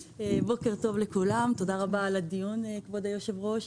בוקר טוב לכולם, תודה רבה על הדיון, כבוד היו"ר.